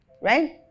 right